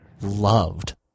loved